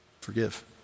Forgive